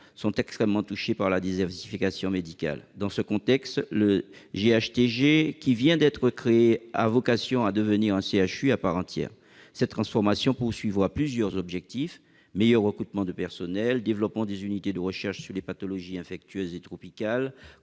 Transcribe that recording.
-sont extrêmement touchés par la désertification médicale. Dans ce contexte, le GHTG qui vient d'être créé a vocation à devenir un CHU à part entière. Cette transformation a plusieurs objectifs : meilleur recrutement de personnel, développement des unités de recherche sur les pathologies infectieuses et tropicales,